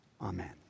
Amen